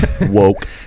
woke